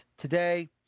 today